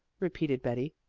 repeated betty.